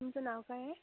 तुमचं नाव काय आहे